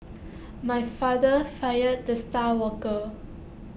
my father fired the star worker